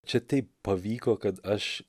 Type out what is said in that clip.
čia taip pavyko kad aš